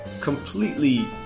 completely